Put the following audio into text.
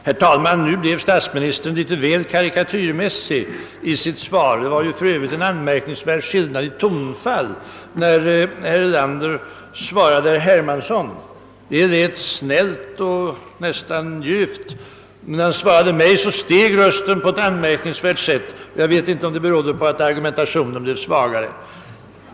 Herr talman! Det var en anmärkhingsvärd skillhad på tonfall mellan olika delar av statsministerns anförande. När han svarade herr Hermansson lät det snällt och nästan ljuvt, men när han svarade mig steg rösten påfallande. Jag vet inte om det berodde på att argumenten blev svagare.